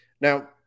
Now